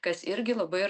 kas irgi labai yra